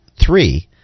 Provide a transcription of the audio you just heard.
three